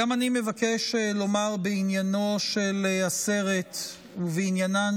גם אני מבקש לומר בעניינו של הסרט ובעניינן